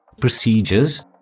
procedures